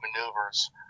maneuvers